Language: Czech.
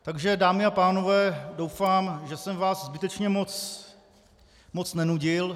Takže dámy a pánové, doufám, že jsem vás zbytečně moc nenudil.